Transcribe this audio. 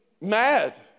mad